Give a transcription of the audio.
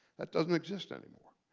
that doesn't exist anymore.